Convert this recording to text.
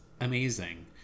amazing